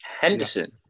Henderson